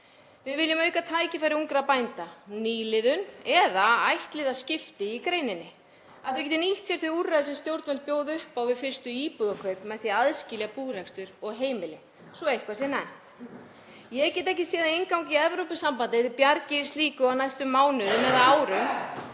Við viljum auka tækifæri ungra bænda, nýliðun eða ættliðaskipti í greininni, að þeir geti nýtt sér þau úrræði sem stjórnvöld bjóða upp á við fyrstu íbúðarkaup með því að aðskilja búrekstur og heimili, svo eitthvað sé nefnt. Ég get ekki séð að innganga í Evrópusambandið bjargi slíku á næstu mánuðum eða árum.